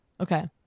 Okay